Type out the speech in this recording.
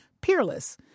Peerless